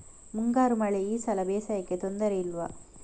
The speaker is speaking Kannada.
ಮುಂಗಾರು ಮಳೆ ಈ ಸಲ ಬೇಸಾಯಕ್ಕೆ ತೊಂದರೆ ಇಲ್ವ?